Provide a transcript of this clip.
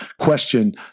question